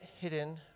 hidden